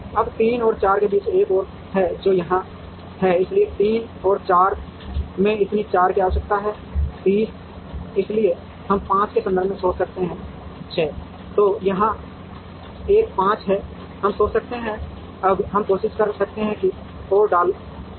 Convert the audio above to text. अब 3 और 4 के बीच एक और है जो यहाँ है इसलिए 3 और 4 में इतनी 4 की आवश्यकता है 30 इसलिए हम पाँच के संदर्भ में सोच सकते हैं 6 तो यहाँ एक 5 है हम सोच सकते हैं अब हम कोशिश कर सकते हैं और डाल दिया